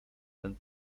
ten